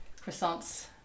croissants